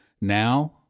Now